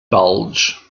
bulge